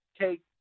take